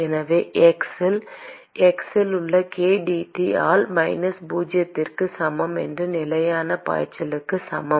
எனவே x இல் x இல் உள்ள k dT ஆல் மைனஸ் பூஜ்ஜியத்திற்குச் சமம் என்பது நிலையான பாய்ச்சலுக்குச் சமம்